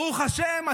ברוך השם,